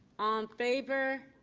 um favor?